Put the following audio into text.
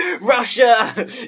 russia